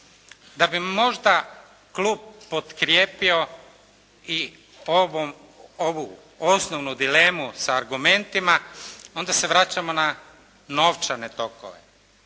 Da bi možda klub potkrijepio i ovu osnovnu dilemu sa argumentima onda se vraćamo na novčane tokove.